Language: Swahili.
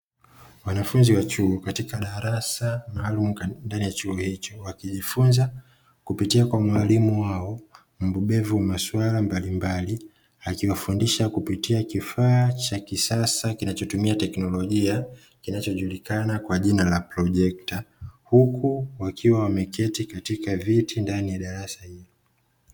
Wanafunzi wa chuo katika darasa maalumu ndani ya chuo hicho wakijifunza kupitia kwa mwalimu wao mbobevu masuala mbalimbali, akiwafundisha kupitia kifaa cha kisasa kinachotumia teknolojia kinachojulikana kwa jina la projecta. Huku wakiwa wameketi katika viti ndani ya darasa hilo.